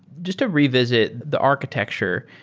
just to revisit the architecture,